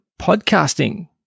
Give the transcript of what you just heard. podcasting